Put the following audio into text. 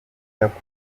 yakoze